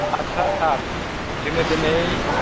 आटसा सार जोङो दिनै